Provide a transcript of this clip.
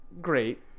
great